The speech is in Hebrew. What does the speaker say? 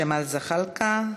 ג'מאל זחאלקה,